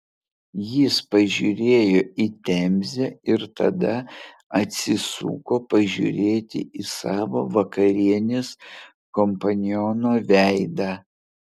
jis pažiūrėjo į temzę ir tada atsisuko pažiūrėti į savo vakarienės kompaniono veidą